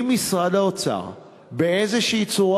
אם משרד האוצר באיזו צורה,